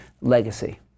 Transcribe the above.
Legacy